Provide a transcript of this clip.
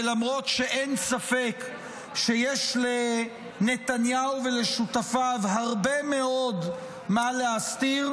ולמרות שאין ספק שיש לנתניהו ולשותפיו הרבה מאוד מה להסתיר,